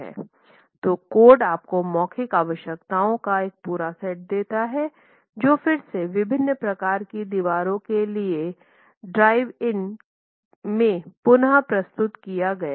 तो कोड आपको मौखिक आवश्यकताओं का एक पूरा सेट देता है जो फिर से विभिन्न प्रकार की दीवारों के लिए ड्राइंग में पुन प्रस्तुत किया गया है